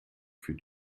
für